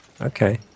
Okay